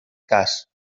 cas